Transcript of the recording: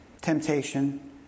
temptation